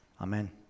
Amen